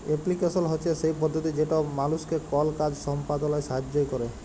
application হছে সেই পদ্ধতি যেট মালুসকে কল কাজ সম্পাদলায় সাহাইয্য ক্যরে